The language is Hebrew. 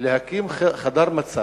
להקים חדר מצב,